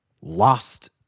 lost